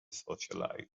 socialize